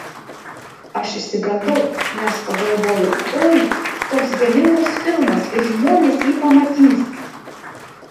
aš išsigandau nes pagalvojau oi toks galingas filmas ir žmonės jį pamatys